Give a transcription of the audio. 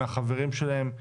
מהחברים שלהם,